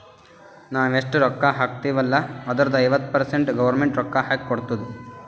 ನಾವ್ ಎಷ್ಟ ರೊಕ್ಕಾ ಹಾಕ್ತಿವ್ ಅಲ್ಲ ಅದುರ್ದು ಐವತ್ತ ಪರ್ಸೆಂಟ್ ಗೌರ್ಮೆಂಟ್ ರೊಕ್ಕಾ ಹಾಕಿ ಕೊಡ್ತುದ್